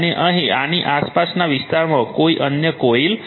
અને અહીં આની આસપાસના વિસ્તારમાં કોઈ અન્ય કોઇલ નથી